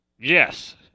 Yes